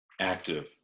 active